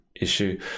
issue